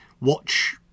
watch